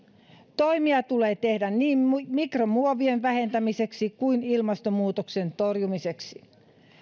toimia tulee tehdä niin mikromuovien vähentämiseksi kuin ilmastonmuutoksen torjumiseksi